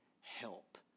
help